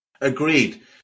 Agreed